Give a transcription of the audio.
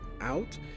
out